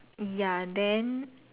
ya then